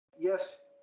yes